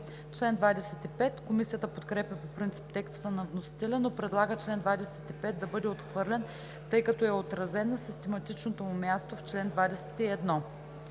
акт.“ Комисията подкрепя по принцип текста на вносителя, но предлага чл. 25 да бъде отхвърлен, тъй като е отразен на систематичното му място в чл. 21.